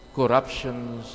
corruptions